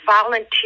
volunteer